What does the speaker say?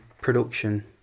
production